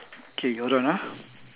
okay you hold on ah